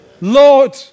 Lord